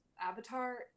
avatar